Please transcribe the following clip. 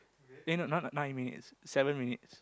eh no not nine minutes seven minutes